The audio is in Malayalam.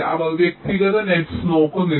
അവർ വ്യക്തിഗത നെറ്സ് നോക്കുന്നില്ല